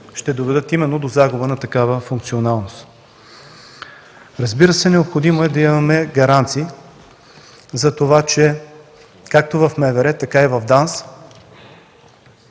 ще доведат именно до загуба на такава функционалност. Разбира се, необходимо е да имаме гаранции, че както в МВР, така и в ДАНС